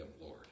Lord